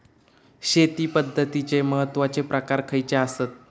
शेती पद्धतीचे महत्वाचे प्रकार खयचे आसत?